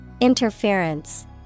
Interference